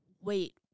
Wait